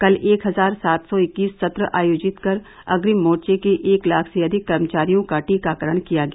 कल एक हजार सात सौ इक्कीस सत्र आयोजित कर अग्रिम मोर्चे के एक लाख से अधिक कर्मचारियों का टीकाकरण किया गया